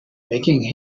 making